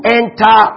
enter